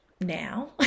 now